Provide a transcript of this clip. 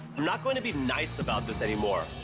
i'm not going to be nice about this anymore.